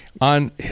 On